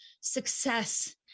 success